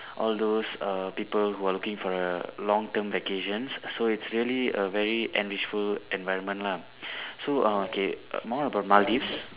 all those err people who are looking for a long term vacation so it's really a very enrichful environment lah so uh K more about Maldives